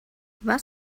was